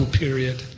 period